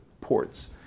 ports